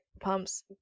pumps